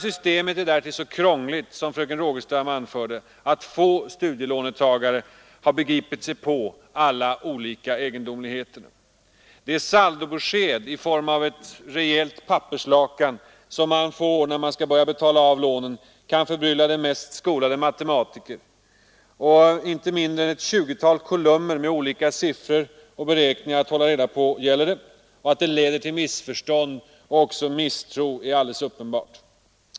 Systemet är därtill så krångligt, som fröken Rogestam anfört, att få studenter har begripit sig på alla egendomligheter. De saldobesked — i form av ett rejält papperslakan — som man får när man skall börja betala av lånen kan förbrylla den mest skolade matematiker. Inte mindre än ett tjugotal kolumner med olika siffror och beräkningar att hålla reda på. Att det leder till missförstånd och misstro är alldeles uppenbart.